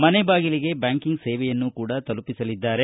ಮನೆ ಬಾಗಿಲಿಗೆ ಬ್ಯಾಂಕಿಂಗ್ ಸೇವೆಯನ್ನು ಕೂಡ ತಲುಪಿಸಲಿದ್ದಾರೆ